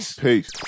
Peace